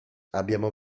abbiamo